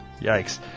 yikes